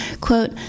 quote